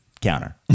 Counter